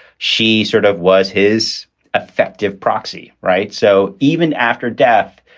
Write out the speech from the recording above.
she sort of was his effective proxy. right. so even after death,